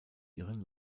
ihren